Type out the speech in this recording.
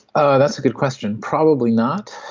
ah that's a good question, probably not,